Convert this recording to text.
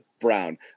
Brown